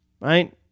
Right